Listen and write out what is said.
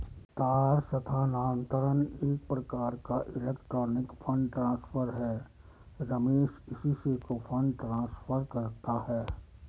तार स्थानांतरण एक प्रकार का इलेक्ट्रोनिक फण्ड ट्रांसफर है रमेश इसी से तो फंड ट्रांसफर करता है